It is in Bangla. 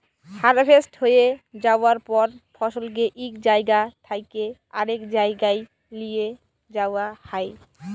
হারভেস্ট হঁয়ে যাউয়ার পর ফসলকে ইক জাইগা থ্যাইকে আরেক জাইগায় লিঁয়ে যাউয়া হ্যয়